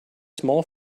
small